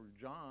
John